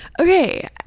Okay